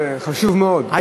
זה חשוב מאוד,